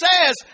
says